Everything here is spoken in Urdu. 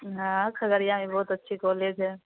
ہاں کھگڑیا میں بہت اچھی کالج ہے